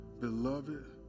beloved